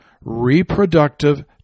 reproductive